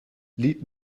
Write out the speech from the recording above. lied